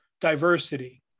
diversity